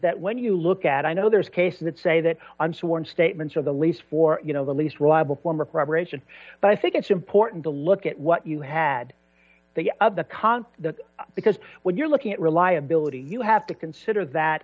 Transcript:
that when you look at i know there's case that say that on sworn statements of the least four you know the least reliable form of preparation but i think it's important to look at what you had the of the conk that because when you're looking at reliability you have to consider that